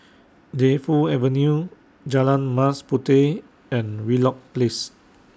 Defu Avenue Jalan Mas Puteh and Wheelock Place